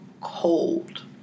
cold